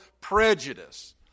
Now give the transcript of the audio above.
prejudice